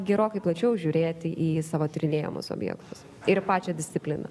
gerokai plačiau žiūrėti į savo tyrinėjamus objektus ir pačią discipliną